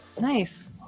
Nice